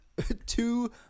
Two